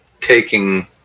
taking